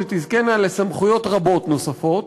שתזכינה לסמכויות רבות נוספות,